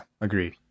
Agreed